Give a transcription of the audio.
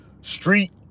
street